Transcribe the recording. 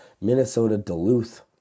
Minnesota-Duluth